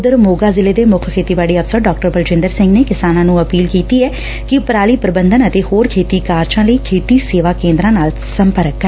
ਉਧਰ ਮੋਗਾ ਜ਼ਿਲੇ ਦੇ ਮੁੱਖ ਖੇਤੀਬਾਤੀ ਅਫ਼ਸਰ ਡਾ ਬਲਵਿਦਰ ਸਿੰਘ ਨੇ ਕਿਸਾਨਾਂ ਨੂੰ ਅਪੀਲ ਕੀਤੀ ਐ ਕਿ ਪਰਾਲੀ ਪ੍ਰਬੰਧਨ ਅਤੇ ਹੋਰ ਖੇਤੀ ਕਾਰਜਾਂ ਲਈ ਖੇਤੀ ਸੇਵਾ ਕੇ'ਦਰਾਂ ਨਾਲ ਸੰਪਰਕ ਕਰਨ